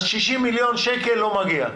ואת מחליטה ש-60 מיליון לא מגיע.